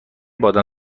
بادام